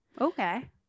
Okay